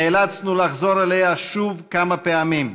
נאלצנו לחזור אליה שוב כמה פעמים,